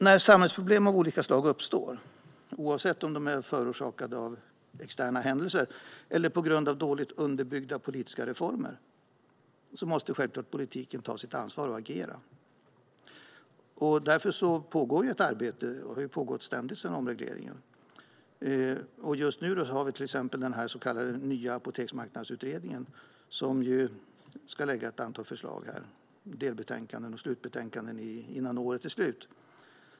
När samhällsproblem av olika slag uppstår, oavsett om de förorsakats av externa händelser eller dåligt underbyggda politiska reformer, måste politiken självklart ta sitt ansvar och agera. Därför pågår det ett arbete. Det har pågått ständigt sedan omregleringen. Just nu har vi till exempel den så kallade Nya apoteksmarknadsutredningen, som ska lägga fram ett antal förslag i delbetänkanden och slutbetänkande innan året är slut.